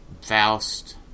Faust